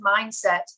mindset